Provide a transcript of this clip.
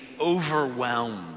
overwhelmed